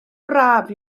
braf